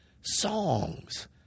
songs